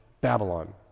Babylon